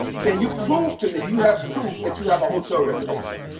can you prove to me, do you have proof that you have a hotel reservation?